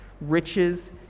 riches